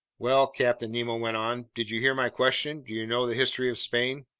well? captain nemo went on. did you hear my question? do you know the history of spain?